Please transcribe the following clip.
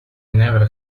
never